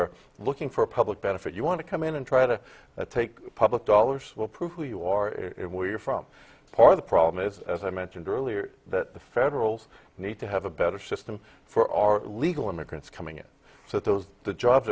are looking for a public benefit you want to come in and try to take public dollars will prove who you are it where you're from a part of the problem is as i mentioned earlier that the federal need to have a better system for our illegal immigrants coming in so those are the jobs